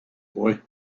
boy